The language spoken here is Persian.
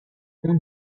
اون